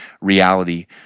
reality